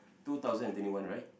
two thousand and twenty one right